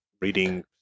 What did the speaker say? reading